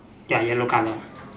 ya yellow colour